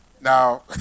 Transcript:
Now